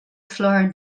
floor